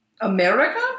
America